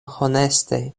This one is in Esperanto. honeste